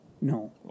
No